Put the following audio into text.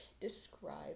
describe